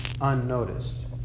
unnoticed